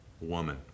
woman